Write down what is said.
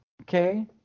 Okay